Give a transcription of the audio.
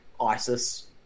ISIS